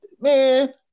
Man